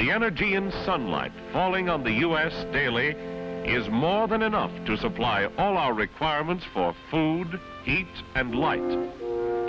the energy in sunlight falling on the us daily is more than enough to supply all our requirements for food to eat and light